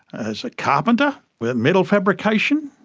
as a carpenter, metal fabrication,